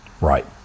Right